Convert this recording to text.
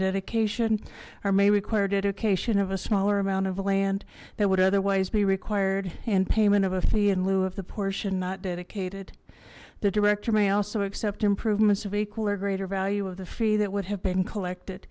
dedication or may require dedication of a smaller amount of land that would otherwise be required and payment of a fee in lieu of the portion not dedicated the director may also accept improvements of equal or greater value of the fee that would have been collected